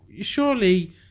surely